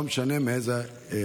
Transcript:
לא משנה מאיזה.